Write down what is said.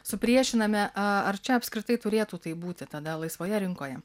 supriešinami ar čia apskritai turėtų taip būti tada laisvoje rinkoje